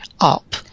up